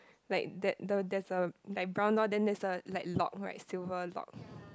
like that the there's a like brown door then there's a like lock like silver lock